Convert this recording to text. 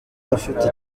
afite